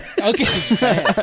Okay